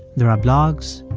there are blogs.